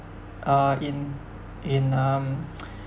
uh in in um